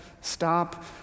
stop